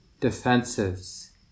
defenses